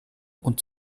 und